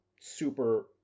super